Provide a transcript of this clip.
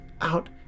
out